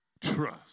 trust